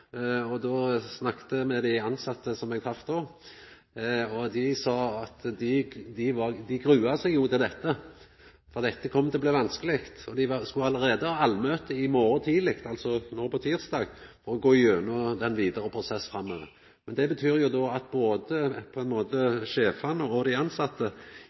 brev. Då snakka eg med dei tilsette som eg møtte, og dei sa at dei grua seg til dette, for dette kom til å bli vanskeleg. Dei skal allereie ha allmøte i morgon tidleg, altså no på tysdag, og gå gjennom den vidare prosessen framover. Det betyr at både sjefane og dei